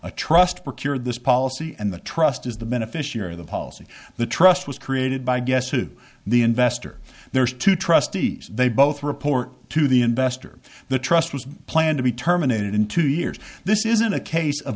a trust procured this policy and the trust is the beneficiary of the policy the trust was created by i guess to the investor there's two trustees they both report to the investor the trust was planned to be terminated in two years this isn't a case of